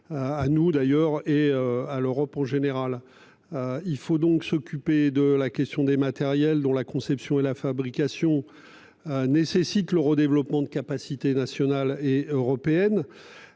À nous d'ailleurs et à l'Europe en général. Il faut donc s'occuper de la question des matériels dont la conception et la fabrication. Nécessite l'euro développement de capacités nationales et européennes.